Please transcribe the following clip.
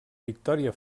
victòria